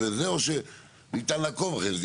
או שניתן לעקוב אחרי זה.